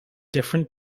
different